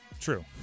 True